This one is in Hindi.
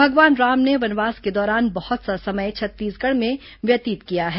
भगवान राम ने वनवास के दौरान बहत सा समय छत्तीसगढ़ में व्यतीत किए हैं